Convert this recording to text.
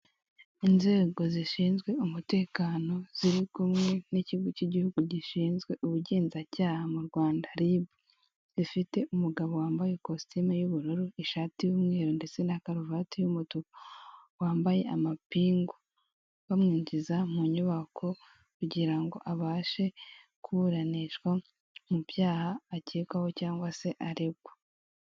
Inzego zishinzwe umutekano ziri kumwe n'ikigo k'igihugu gishinzwe ubugenzacyaha mu Rwanda Ribu zifite umugabo wambaye ikositime y'ubururu ishati y'umweru ndetse na karuvati y'umutuku wambaye amapingu, bamwinjiza mu nyubako kugira ngo abashe kuburanishwa mu byaha akekwaho cyangwa se aregwa.